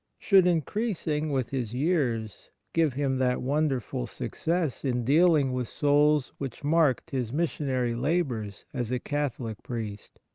should, increasing with his years, give him that wonderful success in dealing with souls which marked his mis sionary labours as a catholic priest!